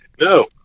No